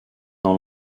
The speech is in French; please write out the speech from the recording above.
dans